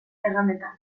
erranetan